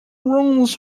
rooms